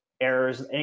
errors